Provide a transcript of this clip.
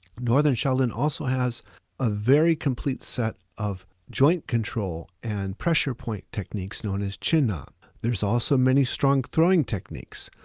northern shaolin also has a very complete set of joint control and pressure point techniques known as chin na. there's also many strong throwing techniques.